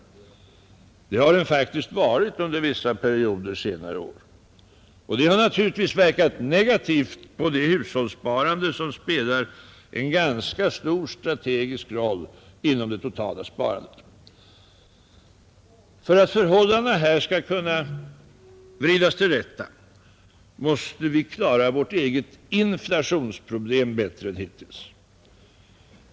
Det har den faktiskt varit under vissa perioder under senare år, och det har naturligtvis verkat negativt på det hushållssparande som spelar en ganska stor strategisk roll inom det totala sparandet. För att förhållandena här skall kunna vridas till rätta måste vi klara vårt eget inflationsproblem bättre än hittills.